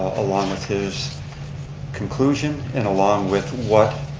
along with his conclusion and along with what